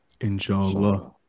Inshallah